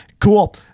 cool